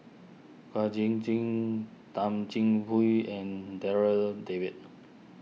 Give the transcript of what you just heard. Kwek Jin Jin Thum Jin Hui and Darryl David